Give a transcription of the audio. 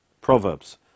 Proverbs